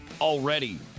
already